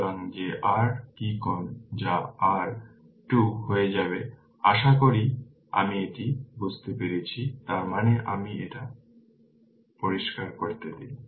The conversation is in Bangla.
সুতরাং যে r কি কল যা r R2 হয়ে যাবে আশা করি আমি এটি বুঝতে পেরেছি তার মানে আমাকে এটা পরিষ্কার করতে দিন